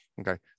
Okay